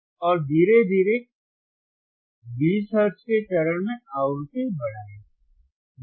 और धीरे धीरे 20 हर्ट्ज के चरण में आवृत्ति बढ़ाएं